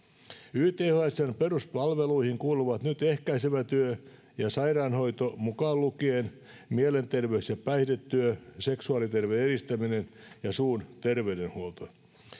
ythsn peruspalveluihin kuuluvat nyt ehkäisevä työ ja sairaanhoito mukaan lukien mielenterveys ja päihdetyö seksuaaliterveyden edistäminen ja suun terveydenhuolto